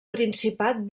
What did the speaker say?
principat